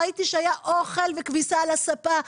ראיתי שהיה אוכל וכביסה על הספה,